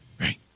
Right